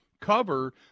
cover